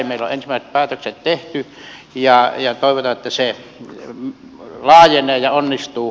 meillä on ensimmäiset päätökset tehty ja toivotaan että se laajenee ja onnistuu